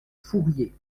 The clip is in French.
fourrier